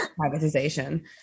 privatization